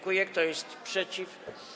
Kto jest przeciw?